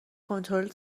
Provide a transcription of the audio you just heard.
کنترل